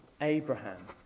Abraham